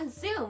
Zoom